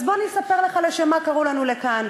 אז בוא אספר לך לשם מה קראו לנו לכאן: